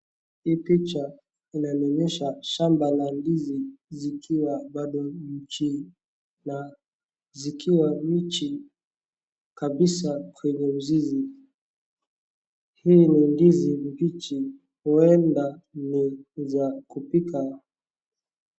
Hii picha inanionyesha shamba la ndizi zikiwa bado mbichi na zikiwa mbichi kabisa kwenye mzizi. Hii ni ndizi mbichi huenda ni za kupika.